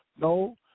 No